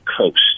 coast